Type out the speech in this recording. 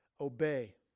obey